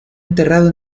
enterrado